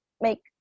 make